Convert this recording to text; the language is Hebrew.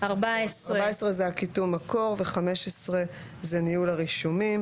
14 זה קיטום מקור ו-15 זה ניהול הרישומים